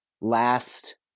last